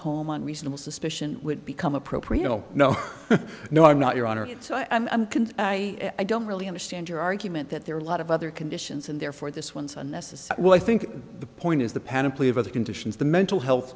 home on reasonable suspicion would become appropriate oh no no i'm not your honor i'm can i i don't really understand your argument that there are a lot of other conditions and therefore this one's unnecessary well i think the point is the panoply of other conditions the mental health